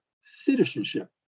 citizenship